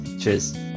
Cheers